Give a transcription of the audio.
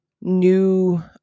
new